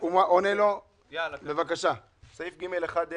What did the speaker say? סעיף 9(ג1ה)